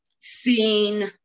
seen